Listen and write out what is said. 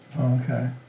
Okay